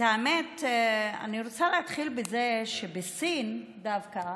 אני רוצה להתחיל בזה שבסין דווקא,